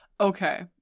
Okay